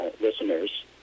listeners